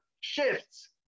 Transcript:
shifts